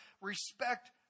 respect